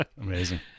Amazing